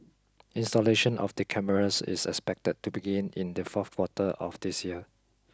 installation of the cameras is expected to begin in the fourth quarter of this year